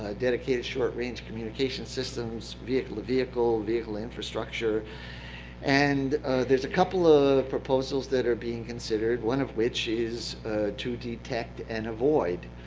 ah dedicated short-range communication systems, vehicle-to-vehicle, vehicle-to-infrastructure, and there's a couple of proposals that are being considered, one of which is to detect and avoid.